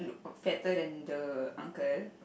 fatter than the uncle